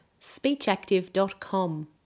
SpeechActive.com